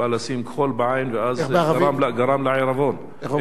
בא לשים כחול בעין ואז גרם לה עיוורון.